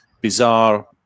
bizarre